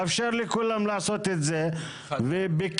לאפשר לכולם לעשות את זה ובכיף.